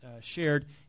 shared